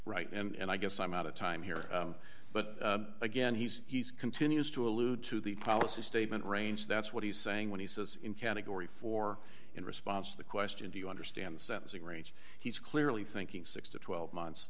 right and i guess i'm out of time here but again he's continues to allude to the policy statement range that's what he's saying when he says in category four in response to the question do you understand the sentencing range he's clearly thinking six to twelve months